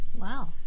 Wow